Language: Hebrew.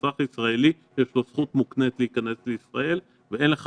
לאזרח ישראלי יש זכות מוקנית להיכנס לישראל ואין לך